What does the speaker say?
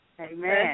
Amen